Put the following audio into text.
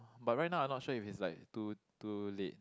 but right now I not sure if it's like too too late